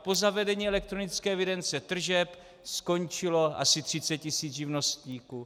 Po zavedení elektronické evidence tržeb skončilo asi 30 tisíc živnostníků.